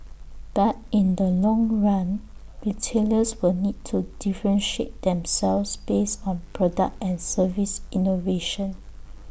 but in the long run retailers will need to differentiate themselves based on product and service innovation